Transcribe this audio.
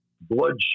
bloodshed